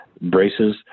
braces